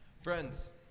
Friends